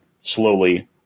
slowly